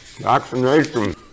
Vaccination